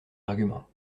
arguments